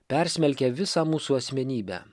persmelkia visą mūsų asmenybę